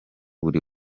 buri